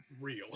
real